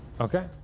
Okay